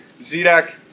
Zedek